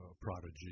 prodigy